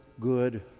good